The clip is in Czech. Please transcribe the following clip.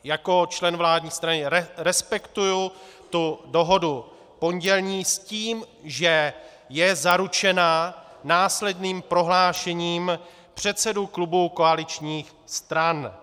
Jako člen vládní strany respektuji tu dohodu pondělní s tím, že je zaručena následným prohlášením předsedů klubů koaličních stran.